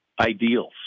ideals